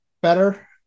better